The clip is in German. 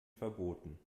verboten